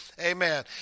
Amen